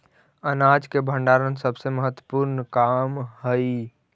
अनाज के भण्डारण सबसे महत्त्वपूर्ण काम हइ